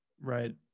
Right